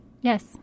Yes